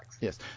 Yes